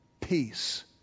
peace